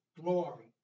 glory